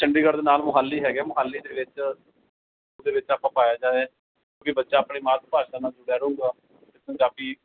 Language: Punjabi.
ਚੰਡੀਗੜ੍ਹ ਦੇ ਨਾਲ ਮੋਹਾਲੀ ਹੈਗਾ ਮੋਹਾਲੀ ਦੇ ਵਿੱਚ ਉਹਦੇ ਵਿੱਚ ਆਪਾਂ ਪਾਇਆ ਜਾਵੇ ਵੀ ਬੱਚਾ ਆਪਣੀ ਮਾਤ ਭਾਸ਼ਾ ਨਾਲ ਜੁੜਿਆ ਰਹੇਗਾ ਅਤੇ ਪੰਜਾਬੀ